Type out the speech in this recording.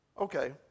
Okay